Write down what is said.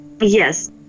Yes